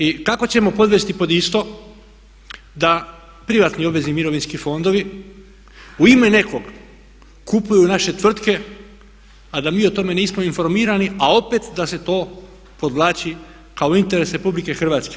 I kao ćemo podvesti pod isto da privatni obvezni mirovinski fondovi u ime nekoga kupuju naše tvrtke a da mi o tome nismo informirani a opet da se to podvlači kao interes RH?